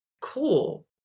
cool